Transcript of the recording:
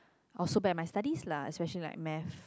or so bad my study lah especially like Math